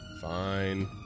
Fine